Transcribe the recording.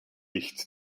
dicht